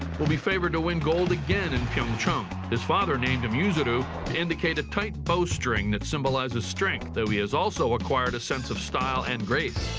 will be favourite to win gold again in pyeongchang. his father named him yuzuru to indicate a tight bowstring that symbolises ah strength, though he has also acquired a sense of style and grace.